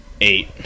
eight